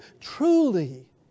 Truly